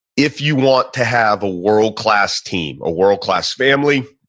if you want to have a world-class team, a world-class family,